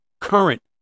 current